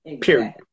period